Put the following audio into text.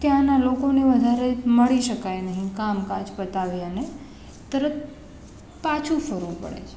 ત્યાંનાં લોકોને વધારે મળી શકાય નહીં કામ કાજ પતાવી અને તરત પાછું ફરવું પડે છે